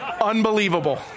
unbelievable